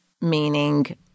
meaning